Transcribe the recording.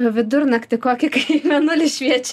vidurnaktį kokį kai mėnulis šviečia